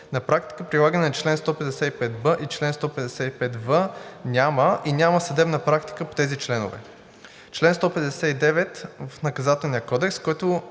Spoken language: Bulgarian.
На практика прилагане на чл. 155б и чл. 155в няма и няма съдебна практика по тези членове. Член 159 в Наказателния кодекс, който